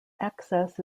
access